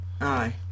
aye